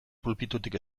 pulpitutik